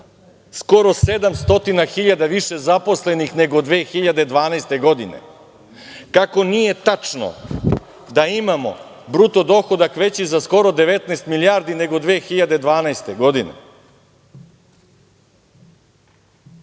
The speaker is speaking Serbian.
stotina hiljada više zaposlenih nego 2012. godine, kako nije tačno da imamo bruto dohodak veći za skoro 19 milijardi nego 2012. godine,